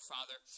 Father